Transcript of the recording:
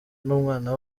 n’umwana